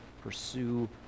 Pursue